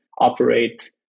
operate